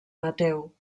mateu